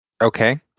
Okay